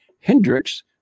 Hendricks